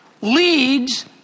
leads